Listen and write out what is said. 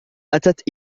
أتت